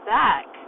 back